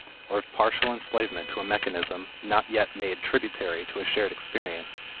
or of partial enslavement to a mechanism not yet made tributary to a shared experience,